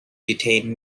detained